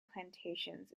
plantations